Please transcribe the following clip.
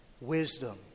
Wisdom